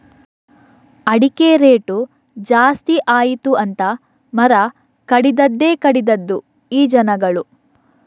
ಅಡಿಕೆ ರೇಟು ಜಾಸ್ತಿ ಆಯಿತು ಅಂತ ಮರ ಕಡಿದದ್ದೇ ಕಡಿದದ್ದು ಈ ಜನಗಳು